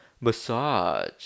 massage